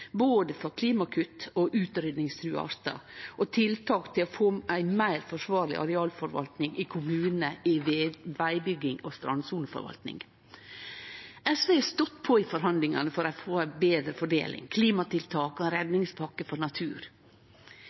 både for klimakutt og utryddingstrua artar, og tiltak for å få ei meir forsvarleg arealforvalting i kommunane med tanke på vegbygging og strandsoneforvalting. SV har stått på i forhandlingane for å få ei betre fordeling, klimatiltak og ei redningspakke for natur.